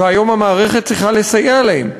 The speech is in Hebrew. והיום המערכת צריכה לסייע להם,